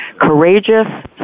Courageous